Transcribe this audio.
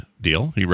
deal